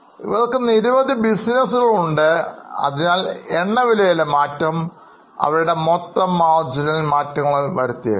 ഇവർക്ക് നിരവധി ബിസിനസ്സുകൾ ഉണ്ട് അതിനാൽ എണ്ണവിലയിലെ മാറ്റം അവരുടെ മൊത്തം മാർജിനിൽ മാറ്റങ്ങൾ വരുത്തിയേക്കാം